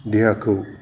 देहाखौ